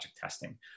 testing